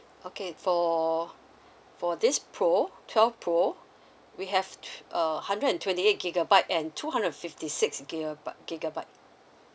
okay for for this pro twelve pro we have uh hundred and twenty eight gigabyte and two hundred and fifty six gigabyte gigabyte